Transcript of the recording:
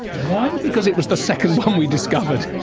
why? because it was the second one we discovered.